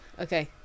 Okay